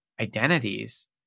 identities